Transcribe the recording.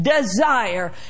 desire